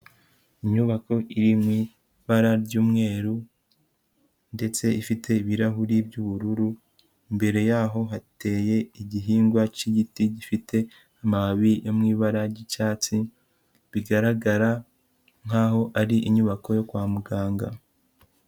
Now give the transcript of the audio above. Inyubako iri mui ibara ry'umweru ndetse ifite ibirahuri by'ubururu, imbere yaho hateye igihingwa k'igiti gifite amababi yo mu ibara ry'icyatsi, bigaragara nkaho ari inyubako yo kwa muganga.